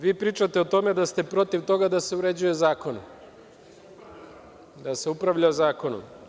Vi pričate o tome da ste protiv toga da se uređuje zakon, da se upravlja zakonom.